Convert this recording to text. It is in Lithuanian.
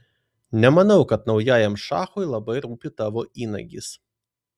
nemanau kad naujajam šachui labai rūpi tavo įnagis